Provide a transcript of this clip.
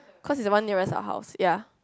cause it's the one nearest to our house ya